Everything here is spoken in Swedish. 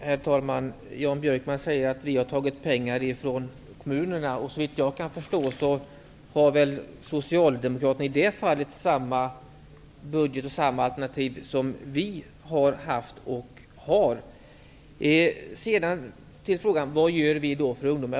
Herr talman! Jan Björkman säger att vi har tagit pengar från kommunerna. Såvitt jag kan förstå har Socialdemokraterna i det fallet samma budget och samma alternativ som vi har haft och har. Sedan vill jag kommentera frågan om vad vi gör för ungdomar.